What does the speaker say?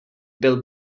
byl